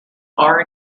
are